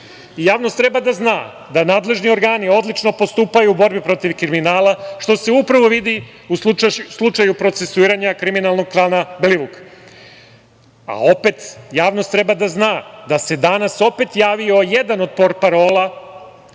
ponovi. Javnost treba da zna, da nadležni organi odlično postupaju u borbi protiv kriminala, što se upravo vidi u slučaju procesuiranja kriminalnog klana Belivuk, a opet javnost treba da zna da se danas opet javio jedan od portparola